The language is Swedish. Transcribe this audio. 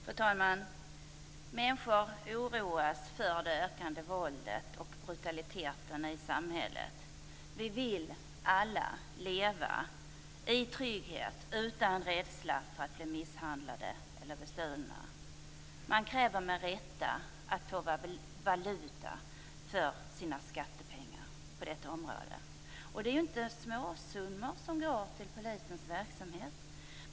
Fru talman! Människor oroas för det ökande våldet och brutaliteten i samhället. Vi vill alla leva i trygghet utan rädsla för att bli misshandlade eller bestulna. Man kräver med rätta att få valuta för sina skattepengar på detta område. Det är ju inte småsummor som går till polisens verksamhet.